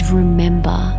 remember